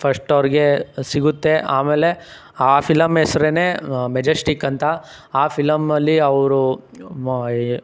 first ಅವ್ರಿಗೆ ಸಿಗುತ್ತೆ ಆಮೇಲೆ ಆ ಫಿಲಂ ಹೆಸ್ರೇನೆ ಮೆಜಸ್ಟಿಕ್ ಅಂತ ಆ ಫಿಲಮ್ಮಲ್ಲಿ ಅವರು ಮೊ